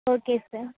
okay sir